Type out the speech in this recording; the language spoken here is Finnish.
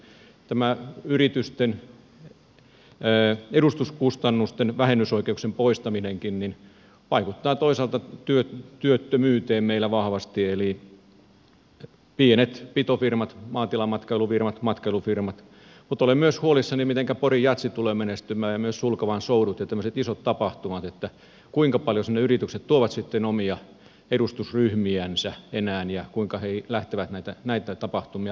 tämä yritysten edustuskustannusten vähennysoikeuksien poistaminenkin vaikuttaa toisaalta työttömyyteen meillä vahvasti eli pienet pitofirmat maatilamatkailufirmat matkailufirmat mutta olen myös huolissani mitenkä pori jazz tulee menestymään ja myös sulkavan soudut ja tämmöiset isot tapahtumat kuinka paljon sinne yritykset tuovat sitten omia edustusryhmiänsä enää ja kuinka he lähtevät näitä tapahtumia rahoittamaan